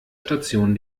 station